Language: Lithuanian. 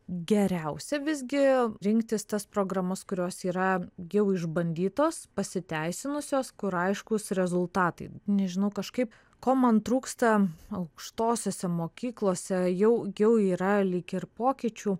geriausia visgi rinktis tas programas kurios yra jau išbandytos pasiteisinusios kur aiškūs rezultatai nežinau kažkaip ko man trūksta aukštosiose mokyklose jau jau yra lyg ir pokyčių